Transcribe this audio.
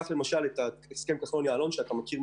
קחו למשל את הסכם כחלון-יעלון שאתם מכירים